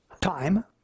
time